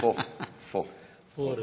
עודד פורר.